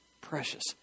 Precious